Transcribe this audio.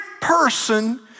person